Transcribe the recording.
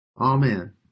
Amen